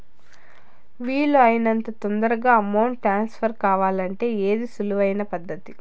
వీలు అయినంత తొందరగా అమౌంట్ ను ట్రాన్స్ఫర్ కావాలంటే ఏది సులువు అయిన పద్దతి